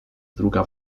druga